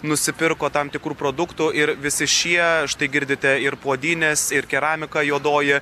nusipirko tam tikrų produktų ir visi šie štai girdite ir puodynes ir keramika juodoji